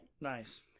Nice